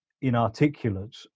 inarticulate